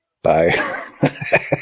Bye